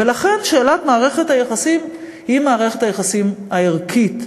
ולכן שאלת מערכת היחסים היא מערכת היחסים הערכית,